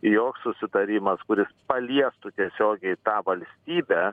joks susitarimas kuris paliestų tiesiogiai tą valstybę